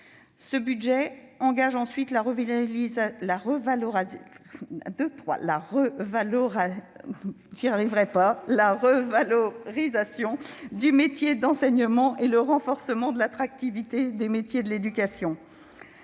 Ce budget engage la revalorisation du métier d'enseignant et le renforcement de l'attractivité des métiers de l'éducation.